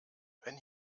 wenn